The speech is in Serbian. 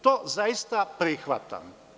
To zaista prihvatam.